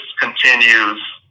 continues